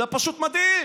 זה פשוט מדהים.